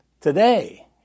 today